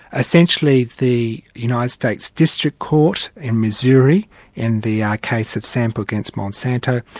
essentially the united states district court in missouri in the case of sample against monsanto,